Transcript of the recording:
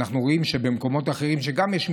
אנחנו רואים שבמקומות אחרים שיש גם בהם